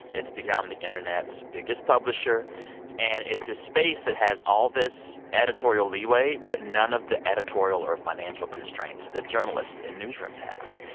it's become the internet's biggest publisher and it's a space that has all this editorial leeway but none of the editorial or financial constraints that journalists in newsrooms have.